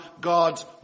God's